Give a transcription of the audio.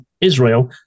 Israel